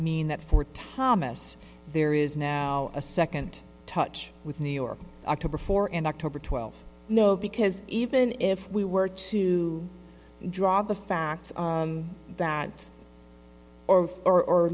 mean that for thomas there is now a second touch with new york october for an october twelfth no because even if we were to draw the fact that or or